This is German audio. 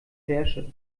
herrsche